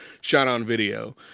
shot-on-video